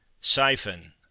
Siphon